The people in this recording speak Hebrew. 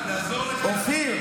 לא צריך לעצור, צריך,